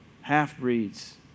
half-breeds